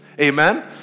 Amen